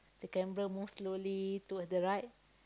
the camera move slowly towards the right